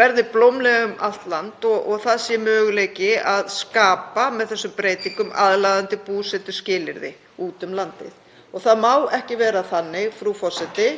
verði blómleg um allt land og það sé möguleiki að skapa, með þessum breytingum, aðlaðandi búsetuskilyrði út um landið. Það má ekki vera þannig, frú forseti,